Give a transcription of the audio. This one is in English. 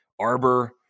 Arbor